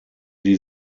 die